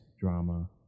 drama